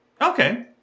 Okay